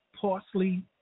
parsley